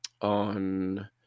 on